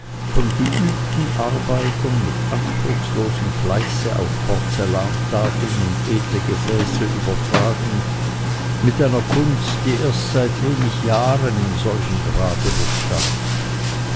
von geübten arbeitern mit anspruchlosem fleiße auf porzellantafeln und edle gefäße übergetragen mit einer kunst die erst seit wenig jahren in solchem grade bestand